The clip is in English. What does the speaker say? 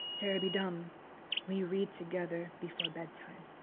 cherub-bee-dum! we read together before bedtime.